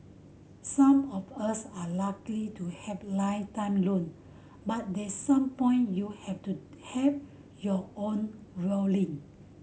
some of us are luckily to have lifetime loan but that some point you have to have your own violin